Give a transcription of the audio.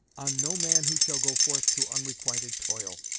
on no man who shall go forth to unrequited toil.